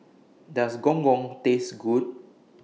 Does Gong Gong Taste Good